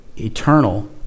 eternal